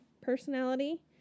personality